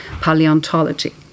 paleontology